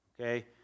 okay